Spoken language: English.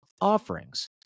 offerings